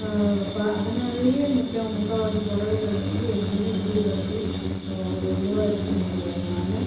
ப அதுனாலேயே முக்கா முக்கால்வாசி பறவைகள் வந்து எங்கேயுமே கூடுக்கட்டி ஒரு இதுவாக இருக்க முடியாதனால்